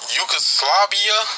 Yugoslavia